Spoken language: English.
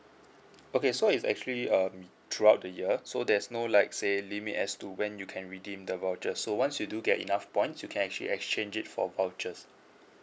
okay so is actually um throughout the year so there's no like say limit as to when you can redeem the voucher so once you do get enough points you can actually exchange it for vouchers